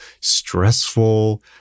stressful